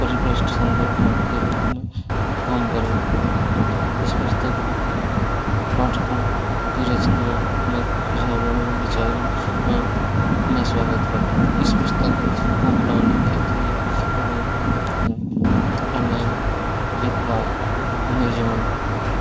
परिपृष्ठ संदर्भ भाग के रूप में काम करेगा इस पुस्तक को पाठकों के रचनात्मक सुझावों एवं विचारों मैं मैं स्वागत करता हूँ इस पुस्तक को बोलाने के लिए हमें ऑनलाइन फ्लिपकार्ट अमेजॉन